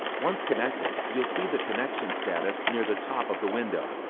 once connected, you'll see the connection status near the top of the window.